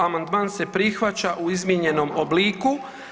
Amandman se prihvaća u izmijenjenom obliku.